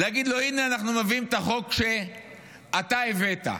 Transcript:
להגיד לו: הינה, אנחנו מביאים את החוק שאתה הבאת.